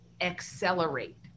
accelerate